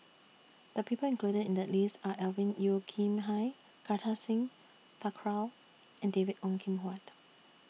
The People included in The list Are Alvin Yeo Khirn Hai Kartar Singh Thakral and David Ong Kim Huat